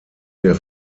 der